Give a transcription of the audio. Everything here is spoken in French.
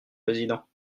président